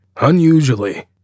Unusually